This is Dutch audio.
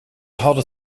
hadden